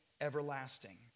everlasting